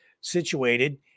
situated